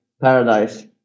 paradise